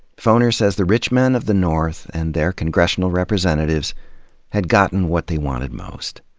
foner says the rich men of the north and their congressional representatives had gotten what they wanted most.